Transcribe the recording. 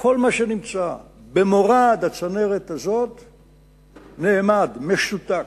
כל מה שנמצא במורד הצנרת הזאת נעמד, משותק.